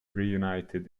reunited